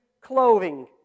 clothing